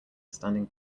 standing